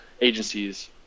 agencies